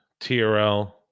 TRL